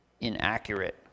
Inaccurate